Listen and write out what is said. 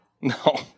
No